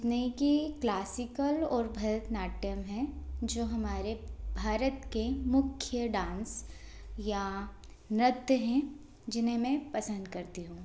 जितने की क्लासिकल और भरतनाट्यम हैं जो हमारे भारत के मुख्य डांस या नृत्य हैं जिन्हें में पसंद करती हूँ